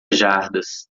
jardas